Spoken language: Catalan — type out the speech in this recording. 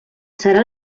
serà